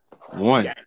One